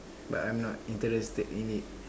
but I'm not interested in it